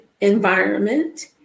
environment